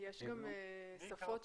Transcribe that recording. יש גם שפות שונות?